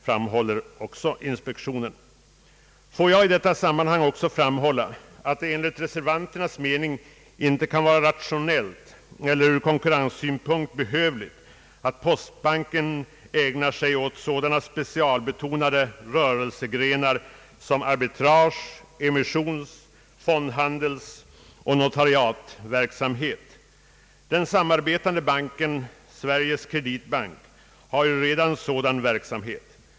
Låt mig i detta sammanhang också framhålla att det enligt reservanternas mening inte kan vara rationellt eller ur konkurrenssynpunkt behövligt att postbanken ägnar sig åt sådana specialbetonade rörelsegrenar som arbitrage, emission, fondhandel och notariatverksamhet. Den samarbetande banken — Sveriges Kreditbank — har ju redan sådan verksamhet.